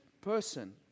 person